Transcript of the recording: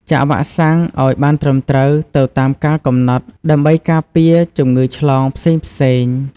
ចាក់វ៉ាក់សាំងឲ្យបានត្រឹមត្រូវទៅតាមកាលកំណត់ ដើម្បីការពារជំងឺឆ្លងផ្សេងៗ។